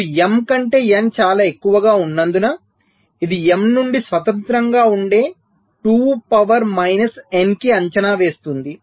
ఇప్పుడు m కంటే n చాలా ఎక్కువగా ఉన్నందున ఇది m నుండి స్వతంత్రంగా ఉండే 2 పవర్ మైనస్ n కి అంచనా వేస్తుంది